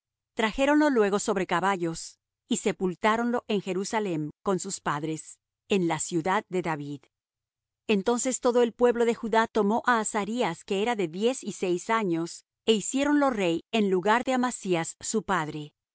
mataron trajéronlo luego sobre caballos y sepultáronlo en jerusalem con sus padres en la ciudad de david entonces todo el pueblo de judá tomó á azarías que era de diez y seis años é hiciéronlo rey en lugar de amasías su padre